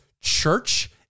church